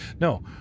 no